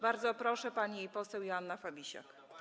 Bardzo proszę, pani poseł Joanna Fabisiak.